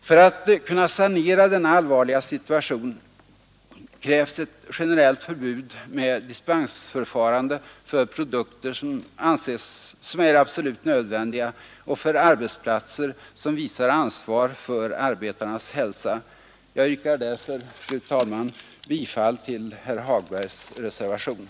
För att kunna sanera denna allvarliga situation krävs ett generellt förbud med dispensförfarande för produkter som är absolut nödvändiga och för arbetsplatser som visar ansvar för arbetarnas hälsa. Fru talman! Jag yrkar bifall till reservationen av herr Hagberg.